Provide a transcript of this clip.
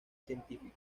científica